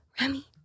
Remy